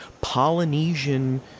Polynesian